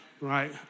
right